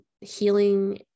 healing